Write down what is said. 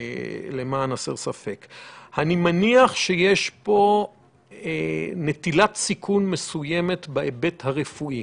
אני מניח שיש פה נטילת סיכון מסוימת בהיבט הרפואי.